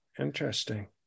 Interesting